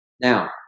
now